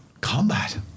Combat